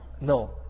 No